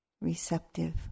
receptive